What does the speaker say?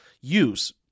use